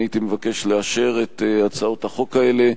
אני הייתי מבקש לאשר את הצעות החוק האלה,